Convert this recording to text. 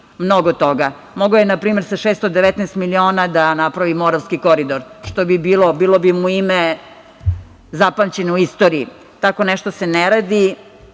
mnogo toga. Mogao je npr, sa 619 miliona da napravi Moravski koridor, bilo bi mu ime zapamćeno u istoriji. Tako nešto se ne radi.